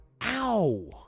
Ow